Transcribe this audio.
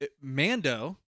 Mando